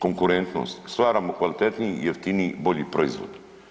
Konkurentnost, stvaramo kvalitetniji i jeftiniji, bolji proizvod.